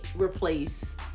replace